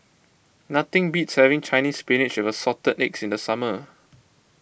nothing beats having Chinese Spinach with Assorted Eggs in the summer